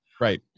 Right